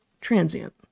transient